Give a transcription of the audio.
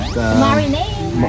Marinade